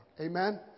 Amen